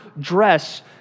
dress